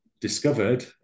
discovered